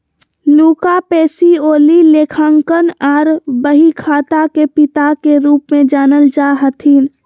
Luca Pacioli लेखांकन आर बहीखाता के पिता के रूप मे जानल जा हथिन